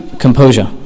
composure